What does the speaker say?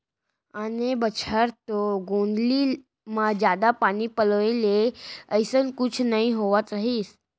आन बछर तो गोंदली म जादा पानी पलोय ले अइसना कुछु नइ होवत रहिस